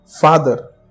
Father